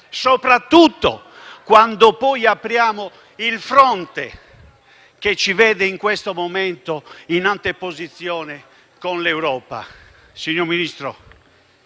soprattutto quando poi apriamo il fronte che ci vede in questo momento in anteposizione con l'Europa.